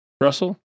Russell